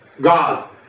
God